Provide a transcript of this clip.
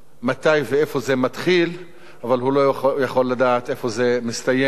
מתי ואיפה זה מתחיל אבל הוא לא יכול לדעת איפה זה מסתיים.